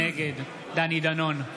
נגד דני דנון,